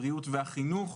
הבריאות והחינוך.